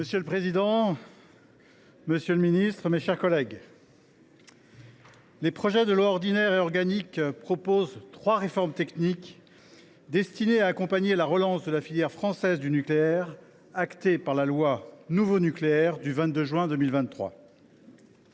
Monsieur le président, messieurs les ministres, mes chers collègues, les projets de loi ordinaire et de loi organique proposent trois réformes techniques, destinées à accompagner la relance de la filière française du nucléaire, actée par la loi du 22 juin 2023